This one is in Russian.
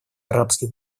арабских